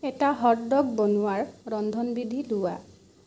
এটা হটড'গ বনোৱাৰ ৰন্ধনবিধি লোৱা